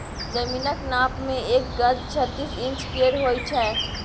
जमीनक नाप मे एक गज छत्तीस इंच केर होइ छै